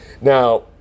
Now